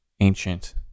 ancient